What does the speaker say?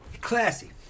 Classy